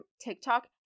TikTok